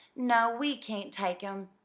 no, we can't take em,